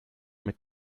mit